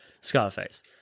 Scarface